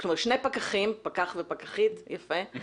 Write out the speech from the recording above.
פקחים, פקח ופקחית, יפה,